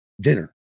dinner